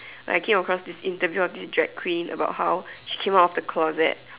like I came across this interview of this drag queen about how she came out of the closet